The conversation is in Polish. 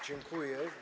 Dziękuję.